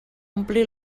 ompli